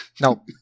No